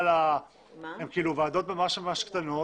הן ועדות ממש ממש קטנות.